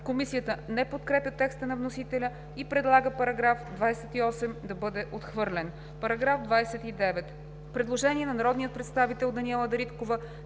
Комисията не подкрепя текста на вносителя и предлага § 28 да бъде отхвърлен. По § 29 има предложение на народния представител Даниела Дариткова,